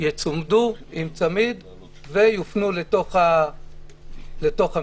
יצומדו עם צמיד ויופנו לתוך המתחם.